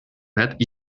met